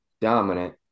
dominant